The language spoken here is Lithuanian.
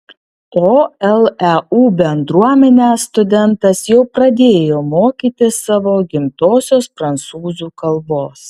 o leu bendruomenę studentas jau pradėjo mokyti savo gimtosios prancūzų kalbos